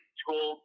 school